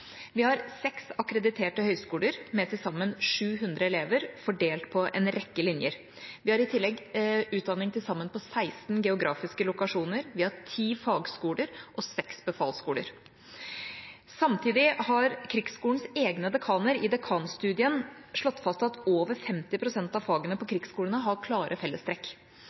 Vi har seks akkrediterte høyskoler, med til sammen 700 elever fordelt på en rekke linjer. Vi har i tillegg utdanning på til sammen 16 geografiske lokasjoner. Vi har ti fagskoler og seks befalsskoler. Samtidig har Krigsskolens egne dekaner i dekanstudien slått fast at over 50 pst. av fagene på krigsskolene har klare fellestrekk.